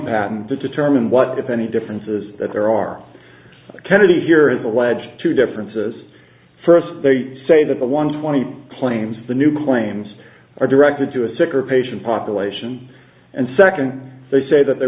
to determine what if any differences that there are kennedy here is alleged to differences first they say that the one twenty claims the new claims are directed to a sick or patient population and second they say that they